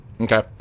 Okay